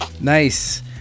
Nice